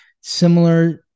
similar